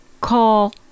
Call